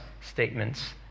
statements